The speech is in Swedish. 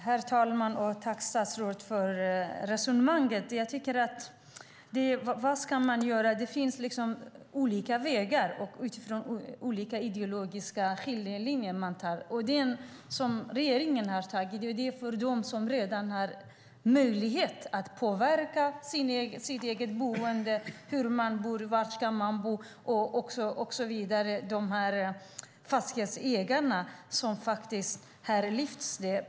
Herr talman! Tack, statsrådet, för resonemanget! Det finns olika vägar för vad man ska göra utifrån olika ideologiska skiljelinjer. Det som regeringen har valt är de som redan har möjlighet att påverka sitt boende, var man ska bo och så vidare. Fastighetsägarna har lyfts fram här.